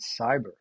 Cyber